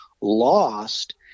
lost